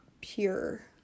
pure